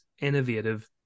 innovative